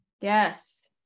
Yes